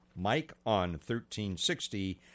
mikeon1360